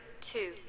two